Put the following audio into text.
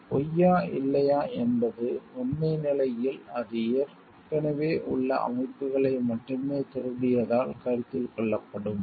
அது பொய்யா இல்லையா என்பது உண்மை நிலையில் அது ஏற்கனவே உள்ள அமைப்புகளை மட்டுமே திருடியதால் கருத்தில் கொள்ளப்படும்